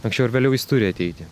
anksčiau ar vėliau jis turi ateiti